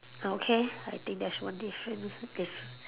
uh okay I think that's one different diff~